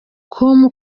com